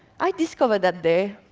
i discovered that day,